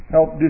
Help